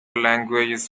languages